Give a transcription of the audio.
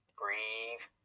breathe